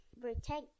protect